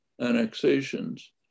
annexations